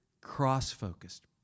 cross-focused